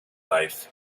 life